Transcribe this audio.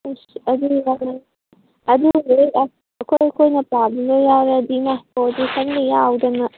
ꯏꯁ ꯑꯗꯨꯗꯤ ꯌꯥꯎꯔꯣꯏ ꯑꯗꯨꯉꯩ ꯑꯩꯈꯣꯏ ꯑꯩꯈꯣꯏꯅ ꯄꯥꯕꯈꯩ ꯌꯥꯎꯔꯗꯤ ꯏꯃꯥ ꯄꯣꯖꯤꯁꯟꯒ ꯌꯥꯎꯗꯅ